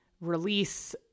release